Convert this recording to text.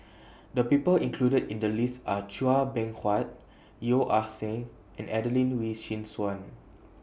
The People included in The list Are Chua Beng Huat Yeo Ah Seng and Adelene Wee Chin Suan